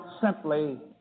simply